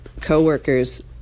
Coworkers